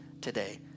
today